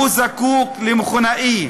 הוא זקוק למכונאי.